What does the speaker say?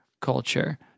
culture